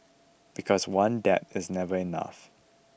because one dab is never enough